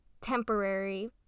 temporary